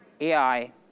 AI